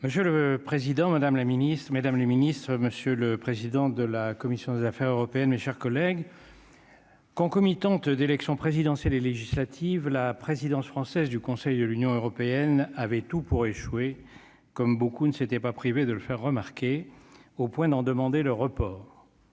Monsieur le Président, Madame la Ministre Mesdames les Ministres Monsieur le président de la commission des Affaires européennes, mes chers collègues. Concomitante d'élections présidentielles et législatives, la présidence française du Conseil de l'Union européenne avait tout pour échouer comme beaucoup ne s'était pas privé de le faire remarquer, au point d'en demander le report.